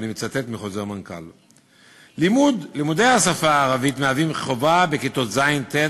אני מצטט מחוזר מנכ"ל: לימודי השפה הערבית הם חובה בכיתות ז' ט'